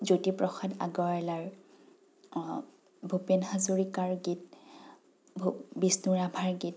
জ্যোতিপ্ৰসাদ আগৰৱালাৰ ভূপেন হাজৰীকাৰ গীত বিষ্ণুৰাভাৰ গীত